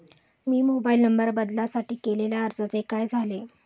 मी mobile number बदलासाठी केलेल्या अर्जाचे काय झाले?